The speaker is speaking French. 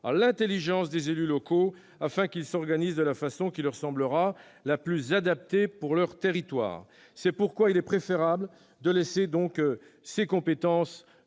à l'intelligence des élus locaux, afin qu'ils s'organisent de la façon qui leur semblera la plus adaptée pour leur territoire. C'est pourquoi il est préférable que ces compétences